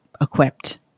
equipped